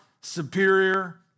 superior